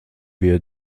wir